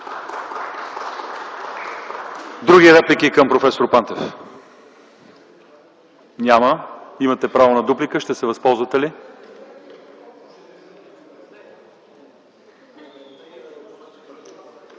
други реплики към проф. Пантев? Няма. Имате право на дуплика. Ще се възползвате ли?